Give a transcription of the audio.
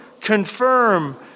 confirm